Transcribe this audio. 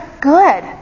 good